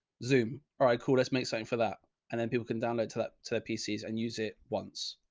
zoom. all right, cool. let's make something so and for that. and then people can download to that to that pcs and use it once.